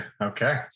Okay